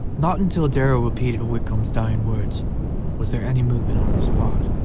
not until darrell repeated whitcomb's dying words was there any movement on his part